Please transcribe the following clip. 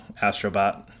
astrobot